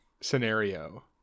scenario